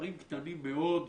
מספרים קטנים מאוד.